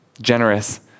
generous